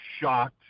shocked